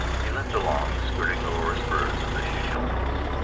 he limped along, skirting the lower spurs of the shoshones,